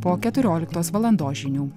po keturioliktos valandos žinių